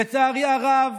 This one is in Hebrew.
לצערי הרב,